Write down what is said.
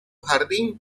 jardín